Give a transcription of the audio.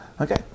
Okay